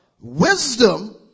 Wisdom